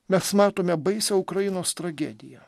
mes matome baisią ukrainos tragediją